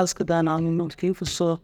aski daa naŋoo aski fussoo.